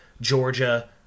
Georgia